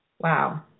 Wow